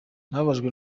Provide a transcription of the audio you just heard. nababajwe